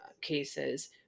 cases